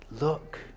Look